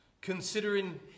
considering